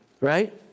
Right